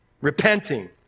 repenting